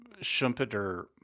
Schumpeter